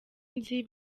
nzi